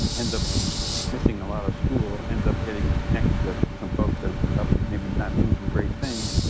ends up missing a lot of school, ends up getting connected to some folks that are probably maybe not doing some great things,